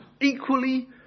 equally